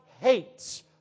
hates